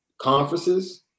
conferences